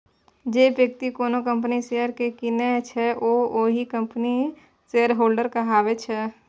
जे बेकती कोनो कंपनीक शेयर केँ कीनय छै ओ ओहि कंपनीक शेयरहोल्डर कहाबै छै